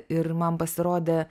ir man pasirodė